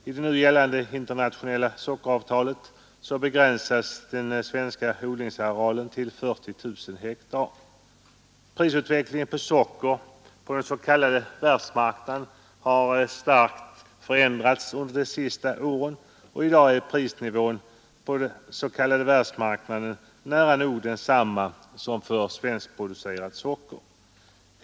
I det nu gällande internationella sockeravtalet begränsas den svenska odlingsarealen till 40 000 hektar. Prisutvecklingen för socker på den s.k. världsmarknaden har starkt förändrats under de senaste åren, och i dag är prisnivån på vad som kallas världsmarknaden nära nog densamma som för svenskproducerat socker.